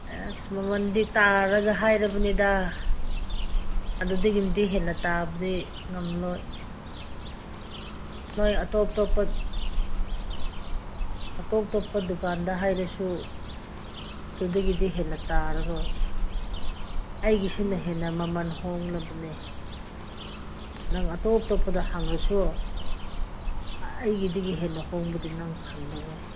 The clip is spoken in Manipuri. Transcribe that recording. ꯑꯁ ꯃꯃꯟꯗꯤ ꯇꯥꯔꯒ ꯍꯥꯏꯔꯕꯅꯤꯗ ꯑꯗꯨꯗꯒꯤꯗꯤ ꯍꯦꯟꯅ ꯇꯥꯕꯗꯤ ꯉꯝꯂꯣꯏ ꯅꯣꯏ ꯑꯇꯣꯞ ꯑꯇꯣꯞꯄ ꯑꯇꯣꯞ ꯑꯇꯣꯞꯄ ꯗꯨꯀꯥꯟꯗ ꯍꯥꯏꯔꯁꯨ ꯑꯗꯨꯗꯒꯤꯗꯤ ꯍꯦꯟꯅ ꯇꯥꯔꯔꯣꯏ ꯑꯩꯒꯤꯁꯤꯅ ꯍꯦꯟꯅ ꯃꯃꯟ ꯍꯣꯡꯂꯕꯅꯦ ꯅꯪ ꯑꯇꯣꯞ ꯑꯇꯣꯞꯄꯗ ꯍꯪꯂꯁꯨ ꯑꯩꯒꯤꯗꯒꯤ ꯍꯦꯟꯅ ꯍꯣꯡꯕꯗꯤ ꯅꯪ ꯐꯪꯂꯔꯣꯏ